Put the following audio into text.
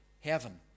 heaven